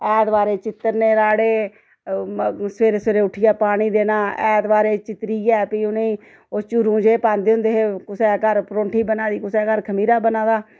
ऐतबारें गी चित्तरने राह्ड़े सवेरे सवेरे उट्ठियै पानी देना ऐतबारें चित्तरियै फ्ही उ'नें गी ओह् चूरूं जेह् पांदे होंदे हे कुसै घर परोंठी बना दी कुसै घर खमीरा बना दा